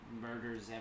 murders